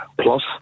plus